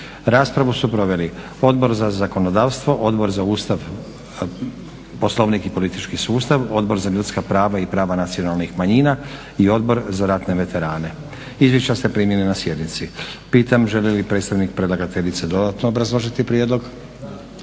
Raspravu su proveli Odbor za zakonodavstvo, Odbor za Ustav, Poslovnik i politički sustav, Odbor za ljudska prava i prava nacionalnih manjina i Odbor za ratne veterane. Izvješća ste primili na sjednici. Pitam želi li predstavnik predlagateljice dodatno obrazložiti prijedlog?